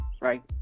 right